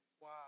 Wow